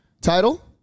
title